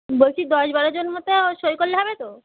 বলছি দশ বারো জন মতো সই করলে হবে তো